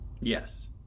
Yes